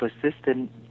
persistent